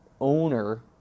owner